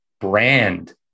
brand